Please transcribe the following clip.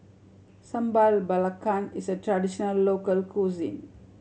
Sambal Belacan is a traditional local cuisine